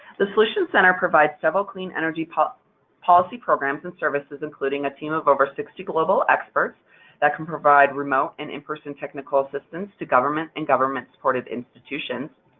the solutions center provides several clean energy policy policy programs and services, including a team of over sixty global experts that can provide remote and in-person technical assistance to government and government-supported institutions,